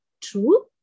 true